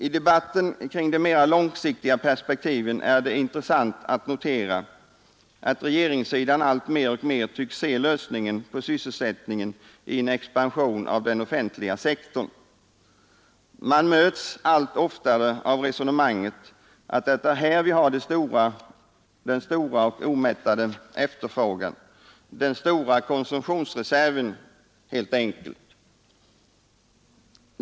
I debatten kring det mera långsiktiga perspektivet är det intressant att notera att regeringssidan alltmer tycks se lösningen på sysselsättningsproblemet i en expansion av den offentliga sektorn. Man möts allt oftare av resonemanget att det är här vi har den stora och omättade efterfrågan — den stora konsumtionsreserven, helt enkelt.